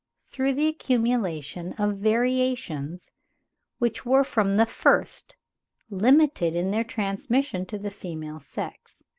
through the accumulation of variations which were from the first limited in their transmission to the female sex.